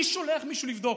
אני שולח מישהו לבדוק.